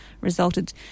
resulted